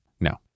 no